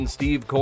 Steve